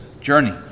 journey